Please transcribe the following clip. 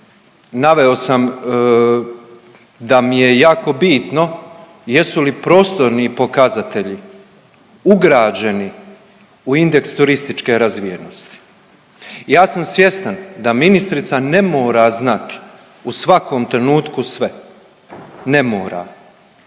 naveo sam da mi je jako bitno jesu li prostorni pokazatelji ugrađeni u indeks turističke razvijenosti. Ja sam svjestan da ministrica ne mora znati u svakom trenutku sve, ne mora